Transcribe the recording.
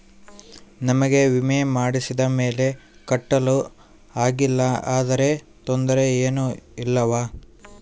ನಮಗೆ ವಿಮೆ ಮಾಡಿಸಿದ ಮೇಲೆ ಕಟ್ಟಲು ಆಗಿಲ್ಲ ಆದರೆ ತೊಂದರೆ ಏನು ಇಲ್ಲವಾ?